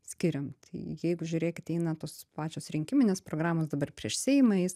skiriam tai jeigu žiūrėkit eina tos pačios rinkiminės programos dabar prieš seimą eis